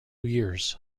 years